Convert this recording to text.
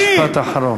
אם אפשר, משפט אחרון.